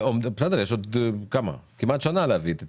בסדר, יש עוד כמעט שנה להביא את התיקון.